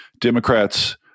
Democrats